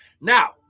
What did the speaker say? Now